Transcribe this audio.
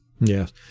Yes